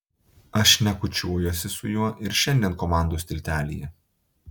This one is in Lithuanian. aš šnekučiuojuosi su juo ir šiandien komandos tiltelyje